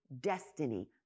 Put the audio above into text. destiny